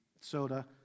soda